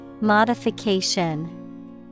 Modification